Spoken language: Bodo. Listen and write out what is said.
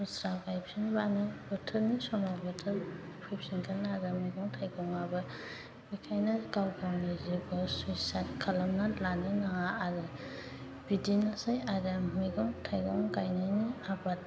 दस्रा गायफिनबानो बोथोरनि समाव बोथोर फैफिनगोन आरो मैगं थाइगङाबो बेनिखायनो गाव गावनि जिउखौ सुइसायड खालामना लानो नाङा आरो बिदिनोसै आरो मैगं थाइगं गायनानै आबाद